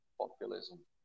populism